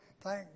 Thank